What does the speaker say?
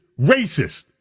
racist